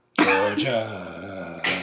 Georgia